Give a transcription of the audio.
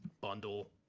bundle